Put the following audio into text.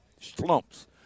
slumps